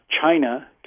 China